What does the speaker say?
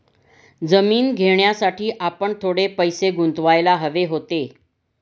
जमीन घेण्यासाठी आपण थोडे पैसे गुंतवायला हवे होते